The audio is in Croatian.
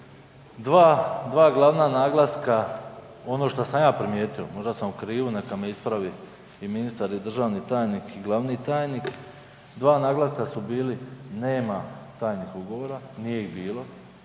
dva glavna naglaska ono što sam ja primijetio, možda sam u krivu, neka me ispravi i ministar i državni tajnik i glavni tajnik, dva naglaska su bili nema tajnih ugovora, nije ih bilo,